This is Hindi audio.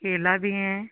केला भी हैं